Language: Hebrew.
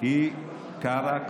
קארה,